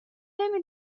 نمی